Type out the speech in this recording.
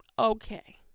Okay